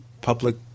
public